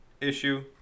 issue